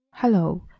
Hello